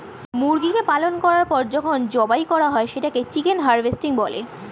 মুরগিকে পালন করার পর যখন জবাই করা হয় সেটাকে চিকেন হারভেস্টিং বলে